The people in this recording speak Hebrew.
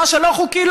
מה שלא חוקי,